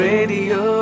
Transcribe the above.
Radio